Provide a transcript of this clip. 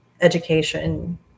Education